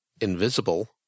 invisible